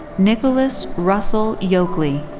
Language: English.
nicholas russell yokley.